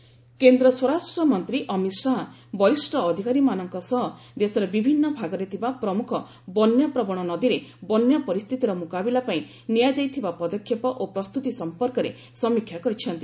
Amit Shah flood କେନ୍ଦ୍ର ସ୍ୱରାଷ୍ଟ୍ର ମନ୍ତ୍ରୀ ଅମିତ୍ ଶାହା ବରିଷ୍ଠ ଅଧିକାରୀମାନଙ୍କ ସହ ଦେଶର ବିଭିନ୍ନ ଭାଗରେ ଥିବା ପ୍ରମୁଖ ବନ୍ୟାପ୍ରବଣ ନଦୀରେ ବନ୍ୟା ପରିସ୍ଥିତିର ମୁକାବିଲା ପାଇଁ ନିଆଯାଇଥିବା ପଦକ୍ଷେପ ଓ ପ୍ରସ୍ତୁତି ସମ୍ପର୍କରେ ସମୀକ୍ଷା କରିଛନ୍ତି